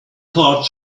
card